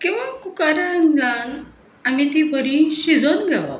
किंवां कुकरान घाल आनी ती बरी शिजोवन घेवप